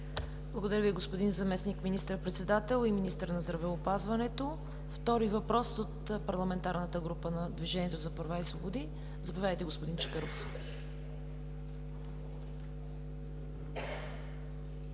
Благодаря Ви, господин Заместник министър-председател и министър на здравеопазването. Втори въпрос от Парламентарната група на Движението за права и свободи. Заповядайте, господин Чакъров.